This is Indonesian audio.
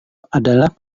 adalah